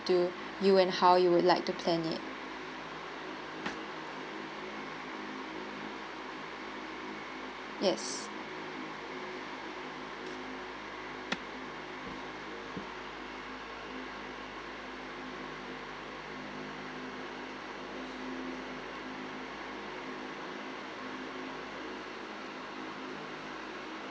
to you and how you would like to plan it yes